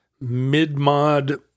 mid-mod